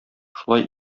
шулай